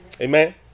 Amen